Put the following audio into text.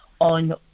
on